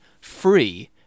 free